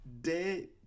dead